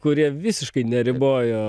kurie visiškai neribojo